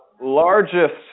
largest